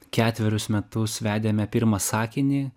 ketverius metus vedėme pirmą sakinį